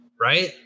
Right